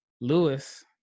Lewis